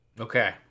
Okay